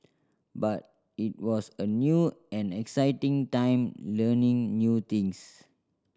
but it was a new and exciting time learning new things